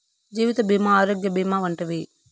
జీవిత భీమా ఆరోగ్య భీమా వంటివి